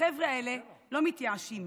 החברה האלה לא מתייאשים,